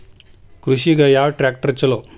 ಕೃಷಿಗ ಯಾವ ಟ್ರ್ಯಾಕ್ಟರ್ ಛಲೋ?